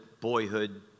boyhood